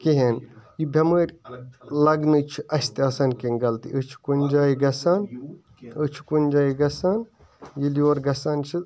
کِہیٖنۍ یہِ بیٚمٲرۍ لَگنٕچۍ چھِ اسہِ تہِ آسان کیٚنٛہہ غلطی أسۍ چھِ کُنہِ جایہِ گَژھان أسۍ چھِ کُنہِ جایہِ گَژھان ییٚلہِ یورٕ گَژھان چھِ